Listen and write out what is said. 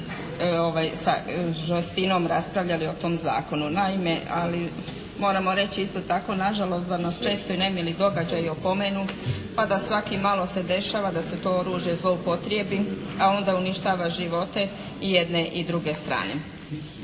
sa žestinom raspravljali o tom zakonu. Naime, ali moramo reći isto tako nažalost da nas često i nemili događaji opomenu pa da svako malo se dešava da se to oružje zloupotrijebi a onda uništava živote i jedne i druge strane.